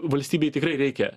valstybei tikrai reikia